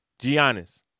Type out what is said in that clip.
Giannis